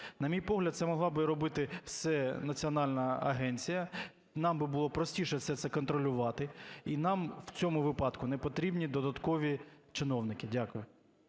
На мій погляд, це могла би робити національна агенція, і нам би було простіше все це контролювати, і нам у цьому випадку не потрібні додаткові чиновники. Дякую.